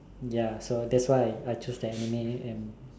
ya so that's why I I choose the anime and